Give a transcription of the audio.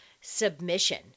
submission